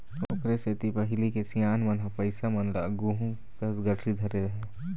ओखरे सेती पहिली के सियान मन ह पइसा मन ल गुहूँ कस गठरी धरे रहय